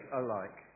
alike